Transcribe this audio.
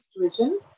situation